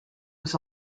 was